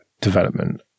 development